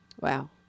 Wow